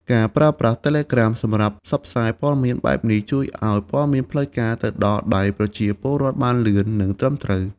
ការប្រើប្រាស់ Telegram សម្រាប់ផ្សព្វផ្សាយព័ត៌មានបែបនេះ ជួយឲ្យព័ត៌មានផ្លូវការទៅដល់ដៃប្រជាពលរដ្ឋបានលឿន និងត្រឹមត្រូវ។